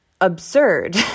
absurd